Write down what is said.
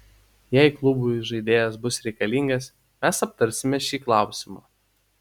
jei klubui žaidėjas bus reikalingas mes aptarsime šį klausimą